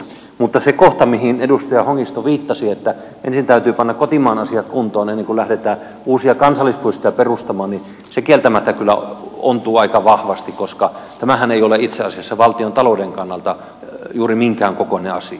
mutta se kohta mihin edustaja hongisto viittasi että ensin täytyy panna kotimaan asiat kuntoon ennen kuin lähdetään uusia kansallispuistoja perustamaan niin se kieltämättä kyllä ontuu aika vahvasti koska tämähän ei ole itse asiassa valtiontalouden kannalta juuri minkään kokoinen asia